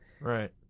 right